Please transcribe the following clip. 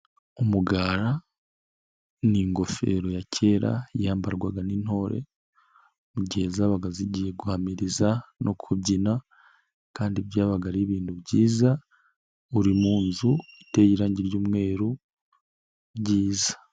Umugara, ni ingofero ya kera yambarwaga n'intore ,mu mugihe zabaga zigiye guhamiriza no kubyina kandi byabaga ari ibintu byiza, iri mu nzu, iteye irangi ry'umweru ryiza.